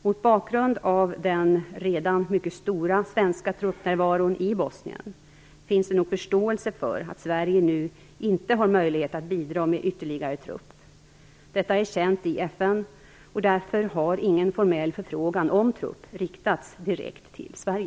Mot bakgrund av den redan mycket stora svenska truppnärvaron i Bosnien finns det nog förståelse för att Sverige nu inte har möjlighet att bidra med ytterligare trupp. Detta är känt i FN, och därför har ingen formell förfrågan om trupp riktats direkt till Sverige.